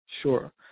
Sure